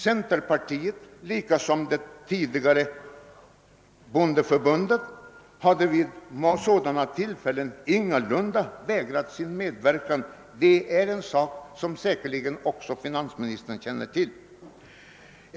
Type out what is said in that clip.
Centerpartiet, liksom tidigare bondeförbundet, har vid sådana tillfällen ingalunda vägrat sin medverkan; det känner säkeriigen också finansministern till.